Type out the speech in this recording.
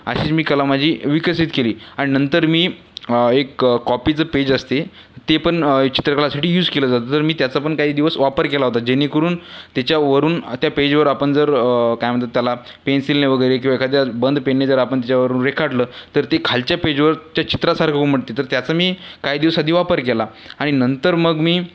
अशी मी कला माझी विकसित केली आणि नंतर मी एक कॉपीचं पेज असते ते पण चित्रकलेसाठी यूज केलं जातं तर मी त्याचापण काही दिवस वापर केला होता जेणेकरून त्याच्यावरून त्या पेजवर आपण जर काय म्हणतात त्याला पेन्सिलने वगैरे किंवा एखाद्या बंद पेनने जर आपण त्याच्यावरून रेखाटलं तर ते खालच्या पेजवर त्या चित्रासारखं उमटते तर त्याचा मी काही दिवस आधी वापर केला आणि नंतर मग मी